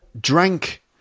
drank